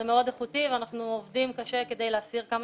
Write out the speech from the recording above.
הוא מאוד איכותי ואנחנו עובדים קשה כדי להסיר כמה